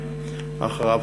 ואחריו,